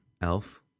Elf